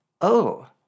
Oh